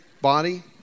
body